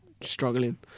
struggling